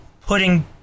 putting